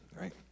right